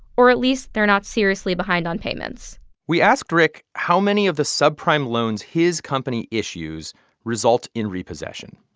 or at least they're not seriously behind on payments we asked rick how many of the subprime loans his company issues result in repossession.